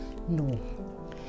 No